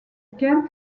kent